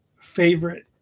favorite